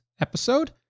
episode